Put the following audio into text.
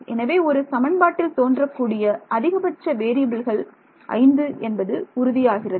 எனவே ஒரு சமன்பாட்டில் தோன்றக்கூடிய அதிகபட்ச வேறியபில்கள் 5 என்பது உறுதியாகிறது